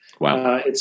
Wow